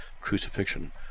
crucifixion